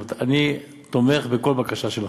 אני תומך בכל בקשה שלכם.